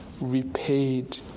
repaid